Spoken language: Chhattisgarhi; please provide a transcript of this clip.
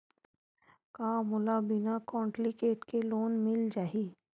का मोला बिना कौंटलीकेट के लोन मिल जाही?